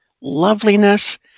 loveliness